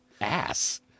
ass